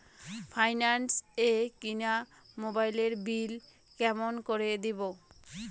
Finance এ কিনা মোবাইলের বিল কেমন করে দিবো?